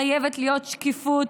חייבת להיות שקיפות,